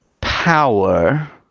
power